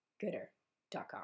Gooder.com